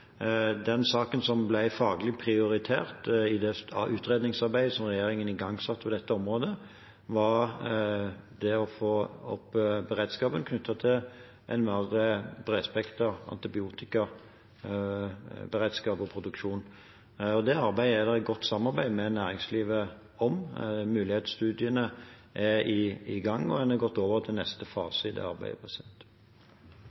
Den saken som ble faglig prioritert i utredningsarbeidet som regjeringen igangsatte på dette området, var å få opp beredskapen knyttet til mer bredspektret antibiotika – beredskap og produksjon. Det arbeidet er det godt samarbeid med næringslivet om. Mulighetsstudiene er i gang, og man har gått over til neste